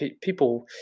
people